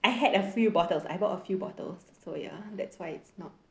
I had a few bottles I bought a few bottles so ya that's why it's not